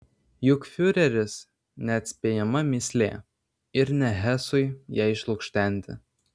juk fiureris neatspėjama mįslė ir ne hesui ją išlukštenti